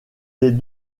des